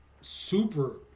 super